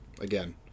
Again